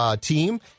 team